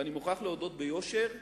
ואני מוכרח להודות ביושר,